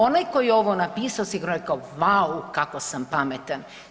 Onaj koji je ovo napisao sigurno je rekao vau kako sam pametan.